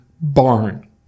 barn